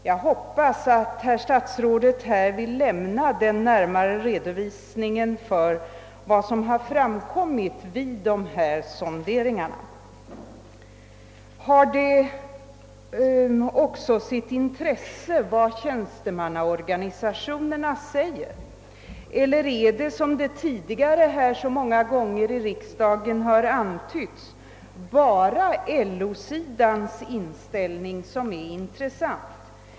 Jag hoppas att herr statsrådet vill lämna en närmare redovisning för vad som framkommit vid sonderingarna. Har det också sitt intresse vad tjänstemannaorganisationerna säger eller är det, såsom tidigare antytts så många gånger här i riksdagen, bara LO-sidans inställning som är intressant?